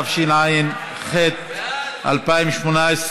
התשע"ח 2018,